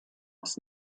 aus